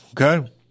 Okay